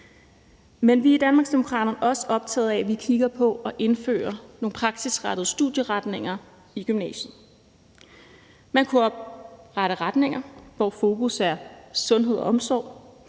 Vi er i Danmarksdemokraterne også optaget af, at vi kigger på at indføre nogle praksisrettede studieretninger i gymnasiet. Man kunne oprette retninger, hvor fokus er sundhed og omsorg